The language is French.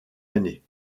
année